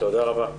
תודה רבה.